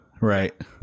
right